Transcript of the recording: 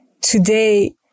today